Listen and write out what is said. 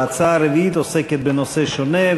ההצעה הרביעית עוסקת בנושא שונה,